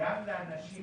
גם לאנשים